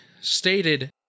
stated